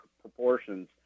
proportions